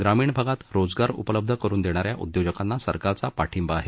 ग्रामीण भागात रोजगार उपलब्ध करून देणाऱ्या उद्योजकांना सरकारचा पाठिंबा आहे